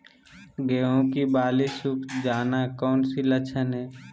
गेंहू की बाली सुख जाना कौन सी लक्षण है?